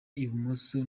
ibumoso